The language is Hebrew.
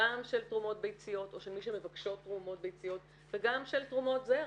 גם של תרומות ביציות או של מי שמבקשות תרומות ביציות וגם של תרומות זרע.